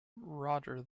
roger